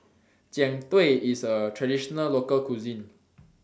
Jian Dui IS A Traditional Local Cuisine